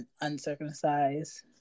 uncircumcised